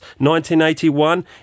1981